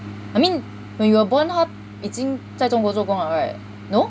I mean when you were born 他已经在中国做工 liao right no